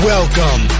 Welcome